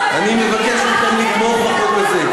אני מבקש מכם לתמוך בחוק הזה.